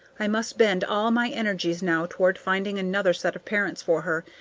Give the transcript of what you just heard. i must bend all my energies now toward finding another set of parents for her,